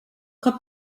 cup